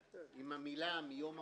המילה "מיום המצאתה",